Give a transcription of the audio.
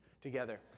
together